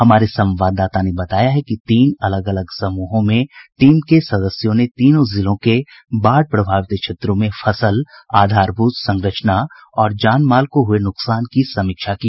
हमारे संवाददाता ने बताया है कि तीन अलग अलग समूहों में टीम के सदस्यों ने तीनों जिलों के बाढ़ प्रभावित क्षेत्रों में फसल आधारभूत संरचना और जान माल को हुए नुकसान की समीक्षा की